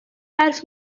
حرف